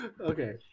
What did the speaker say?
Okay